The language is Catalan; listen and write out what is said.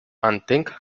entenc